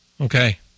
Okay